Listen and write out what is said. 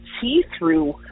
see-through